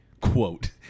Quote